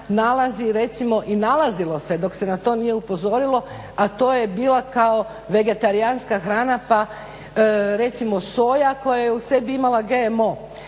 i nalazilo se, dok se na to nije upozorilo a to je bila kao vegetarijanska hrana pa recimo soja koja je u sebi imala GMO.